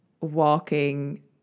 walking